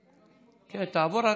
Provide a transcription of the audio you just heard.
תעבור,